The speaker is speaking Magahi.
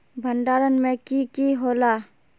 भण्डारण में की की होला?